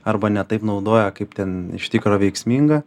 arba ne taip naudoja kaip ten iš tikro veiksminga